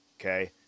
okay